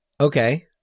Okay